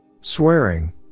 Swearing